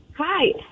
hi